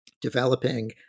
developing